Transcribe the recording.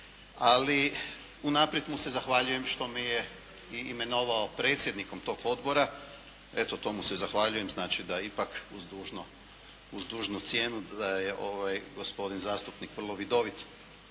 Ali unaprijed mu se zahvaljujem što me je i imenovao predsjednikom tog odbora. Eto to mu se zahvaljujem. Znači da ipak uz dužnu cijenu da je gospodin zastupnik vrlo vidovit